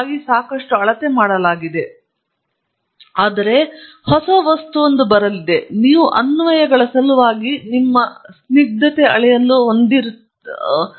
ಸಹಜವಾಗಿ ಸಾಕಷ್ಟು ಅಳತೆ ಮಾಡಲಾಗಿದೆ ಆದರೆ ಹೊಸ ವಸ್ತುವೊಂದು ಬರಲಿದೆ ನೀವು ಅನ್ವಯಗಳ ಸಲುವಾಗಿ ತಮ್ಮ ಸ್ನಿಗ್ಧತೆ ಅಳೆಯಲು ಹೊಂದಿರುತ್ತದೆ